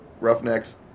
Roughnecks